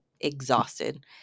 exhausted